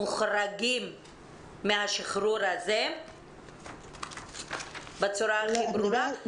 מוחרגים מהשחרור הזה בצורה הכי ברורה?